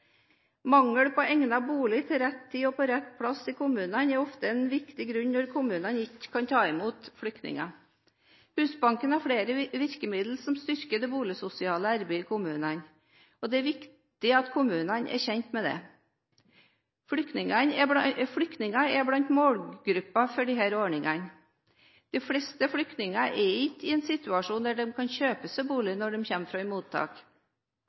Mangel på egnet bolig til rett tid og på rett plass i kommunene er ofte en viktig grunn når kommunene ikke kan ta imot flyktninger. Husbanken har flere virkemidler som styrker det boligsosiale arbeidet i kommunene, og det er viktig at kommunene er kjent med det. Flyktninger er blant målgruppene for disse ordningene. De fleste flyktninger er ikke i en situasjon der de kan kjøpe bolig når de kommer fra mottak.